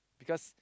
because